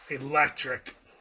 Electric